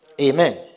Amen